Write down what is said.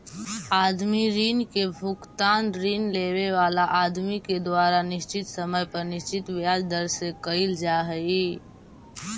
आदमी ऋण के भुगतान ऋण लेवे वाला आदमी के द्वारा निश्चित समय पर निश्चित ब्याज दर से कईल जा हई